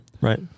right